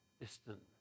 distant